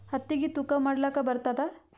ಹತ್ತಿಗಿ ತೂಕಾ ಮಾಡಲಾಕ ಬರತ್ತಾದಾ?